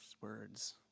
words